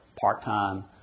part-time